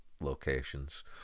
locations